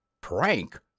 Prank